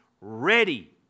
ready